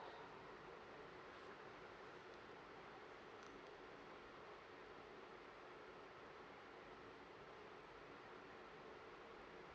oh